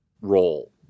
role